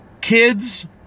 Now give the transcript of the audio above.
kids